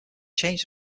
changed